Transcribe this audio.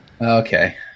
Okay